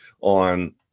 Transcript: on